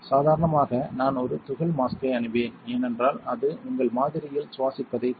சாதாரணமாக நான் ஒரு துகள் மாஸ்க்கை அணிவேன் ஏனென்றால் அது உங்கள் மாதிரியில் சுவாசிப்பதைத் தடுக்கும்